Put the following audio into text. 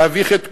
להביך את כולנו,